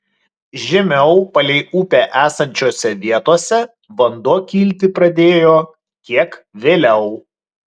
žemiau palei upę esančiose vietose vanduo kilti pradėjo kiek vėliau